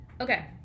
Okay